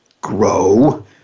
grow